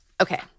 Okay